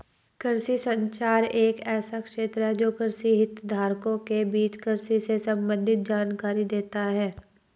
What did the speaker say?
कृषि संचार एक ऐसा क्षेत्र है जो कृषि हितधारकों के बीच कृषि से संबंधित जानकारी देता है